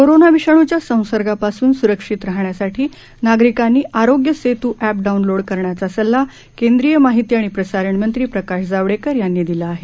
corona विषाणूच्या संसर्गापासून सुरक्षित राहण्यासाठी नागरिकांनी आरोग्य सेतू एप डाऊनलोड करण्याचा सल्ला केंद्रीय माहिती आणि प्रसारण मंत्री प्रकाश जावडेकर यांनी दिला आहे